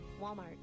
Walmart